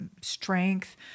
strength